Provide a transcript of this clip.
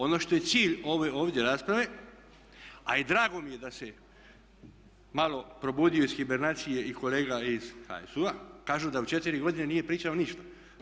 Ono što je cilj ove ovdje rasprave a i drago mi je da se malo probudio iz hibernacije i kolega iz HSU-a, kažu da u četiri godine nije pričao ništa.